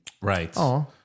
Right